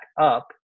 up